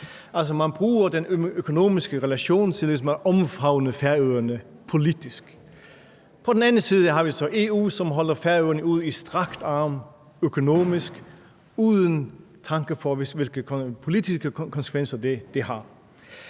Man bruger altså den økonomiske relation til ligesom at omfavne Færøerne politisk. På den anden side har vi så EU, som holder Færøerne ud i strakt arm økonomisk uden tanke for, hvilke politiske konsekvenser det har.